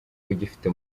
ugifite